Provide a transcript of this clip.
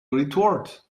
retort